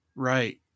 Right